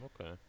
Okay